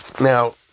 Now